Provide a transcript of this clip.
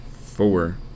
four